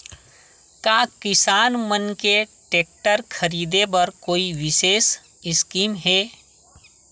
का किसान मन के टेक्टर ख़रीदे बर कोई विशेष स्कीम हे?